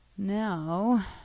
Now